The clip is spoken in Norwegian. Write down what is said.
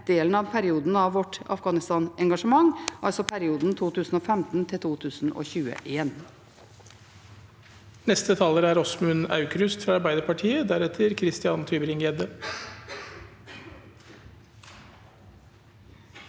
delen av perioden av vårt Afghanistan-engasjement, altså perioden 2015–2021.